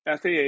FAA